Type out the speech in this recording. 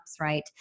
right